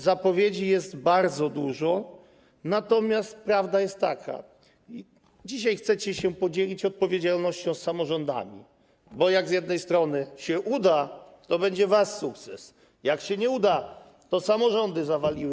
Zapowiedzi jest bardzo dużo, natomiast prawda jest taka, że dzisiaj chcecie się podzielić odpowiedzialnością z samorządami, bo jak z jednej strony się uda, to będzie wasz sukces, jak się nie uda, to samorządy zawalą.